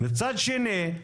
מצד שני,